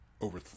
over